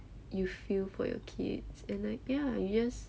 you feel for your kids and like ya you just